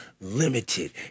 limited